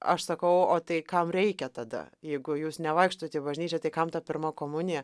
aš sakau o tai kam reikia tada jeigu jūs nevaikštot į bažnyčią tai kam ta pirma komunija